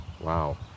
Wow